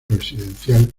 residencial